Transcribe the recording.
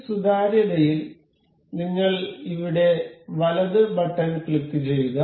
ഈ സുതാര്യതയിൽ നിങ്ങൾ ഇവിടെ വലത് ബട്ടൺ ക്ലിക്കു ചെയ്യുക